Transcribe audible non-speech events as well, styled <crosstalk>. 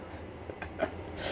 <laughs>